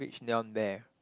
which neon bear